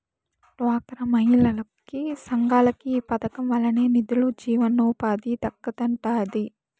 డ్వాక్రా మహిళలకి, సంఘాలకి ఈ పదకం వల్లనే నిదులు, జీవనోపాధి దక్కతండాడి